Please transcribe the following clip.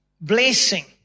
blessing